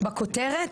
בכותרת?